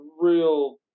real